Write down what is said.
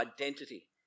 identity